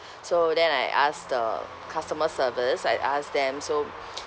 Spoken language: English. so then I ask the customer service I ask them so